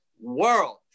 world